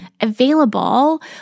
available